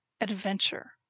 adventure